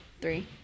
Three